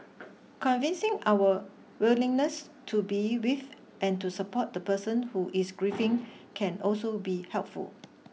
convincing our willingness to be with and to support the person who is grieving can also be helpful